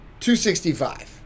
265